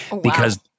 Because-